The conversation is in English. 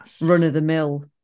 run-of-the-mill